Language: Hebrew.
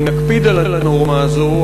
אם נקפיד על הנורמה הזאת,